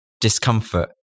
discomfort